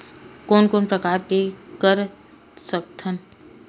कोन कोन प्रकार के कर सकथ हन?